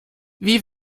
wie